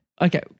Okay